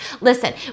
listen